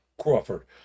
Crawford